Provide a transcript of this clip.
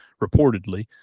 reportedly